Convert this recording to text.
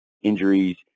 injuries